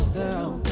down